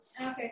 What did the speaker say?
Okay